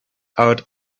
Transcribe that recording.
out